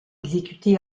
exécutée